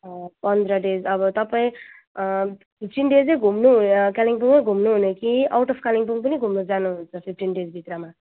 पन्ध्र डेज अब तपाईँ फिफ्टिन डेजै घुम्नु हुन कालेम्पोङमा नै घुम्नु हुने कि आउट अब् कालेम्पोङ पनि घुम्नु जानु हुन्छ फिफ्टिन डेजभित्रमा